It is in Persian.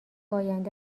آینده